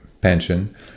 pension